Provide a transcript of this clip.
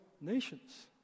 nations